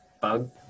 bug